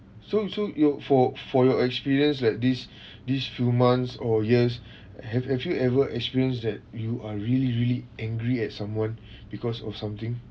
so so you for for your experience like these these few months or years have have you ever experienced that you are really really angry at someone because of something